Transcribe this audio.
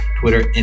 Twitter